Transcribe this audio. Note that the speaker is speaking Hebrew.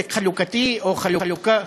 צדק חלוקתי, או חלוקה?